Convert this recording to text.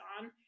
on